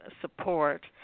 support